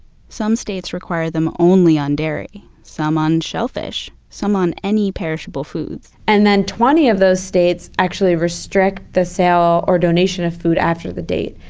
some states require them only on dairy, some on shellfish, some on any perishable foods and then twenty of those states actually restrict the sale or donation of food after the date.